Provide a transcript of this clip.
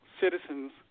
citizens